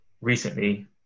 recently